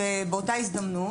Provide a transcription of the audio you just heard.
ובאותה הזדמנות